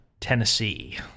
Tennessee